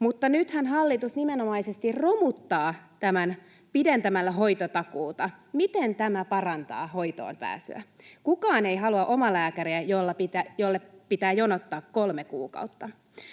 Mutta nythän hallitus nimenomaisesti romuttaa tämän pidentämällä hoitotakuuta. Miten tämä parantaa hoitoonpääsyä? Kukaan ei halua omalääkäriä, jolle pitää jonottaa kolme kuukautta.